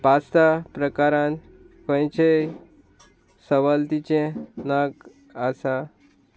pasta प्रकारांत खंयचेय सवलतीचे नग आसा